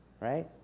Right